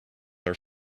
are